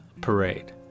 parade